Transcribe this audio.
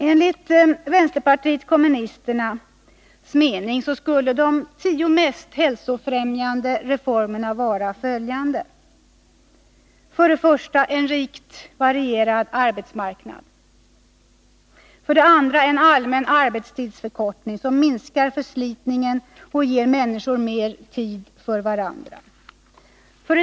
Enligt vänsterpartiet kommunisternas mening skulle de tio mest hälsobefrämjande reformerna vara följande: 2. En allmän arbetstidsförkortning som minskar förslitningen och ger människor mer tid för varandra. 3.